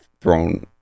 thrown